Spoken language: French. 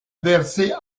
versée